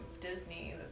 Disney